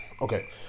Okay